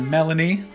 Melanie